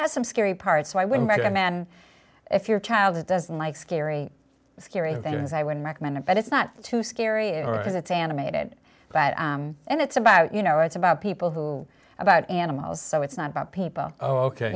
has some scary parts so i would recommend if your child doesn't like scary scary things i wouldn't recommend it but it's not too scary because it's animated and it's about you know it's about people who about animals so it's not about